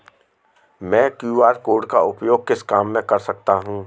मैं QR code का उपयोग किस काम में कर सकता हूं?